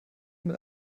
mit